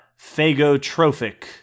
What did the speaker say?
phagotrophic